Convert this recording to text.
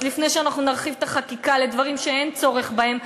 אז לפני שאנחנו נרחיב את החקיקה לדברים שאין צורך בהם,